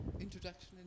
introduction